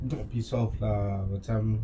piss off lah macam